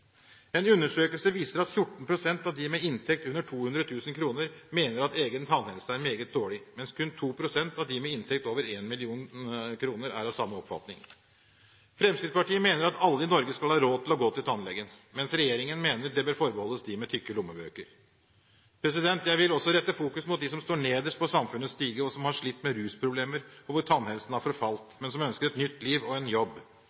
En undersøkelse viser at 14 pst. av de med inntekt under 200 000 kr mener at egen tannhelse er meget dårlig, mens kun 2 pst. av de med inntekt over 1 mill. kr er av samme oppfatning. Fremskrittspartiet mener at alle i Norge skal ha råd til å gå til tannlegen, mens regjeringen mener det bør forbeholdes de med tykke lommebøker. Jeg vil også rette fokus mot dem som står nederst på samfunnets stige, som har slitt med rusproblemer, og hvor tannhelsen har forfalt, men som ønsker et nytt liv og en jobb.